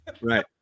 Right